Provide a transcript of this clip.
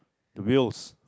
the wheels